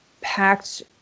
packed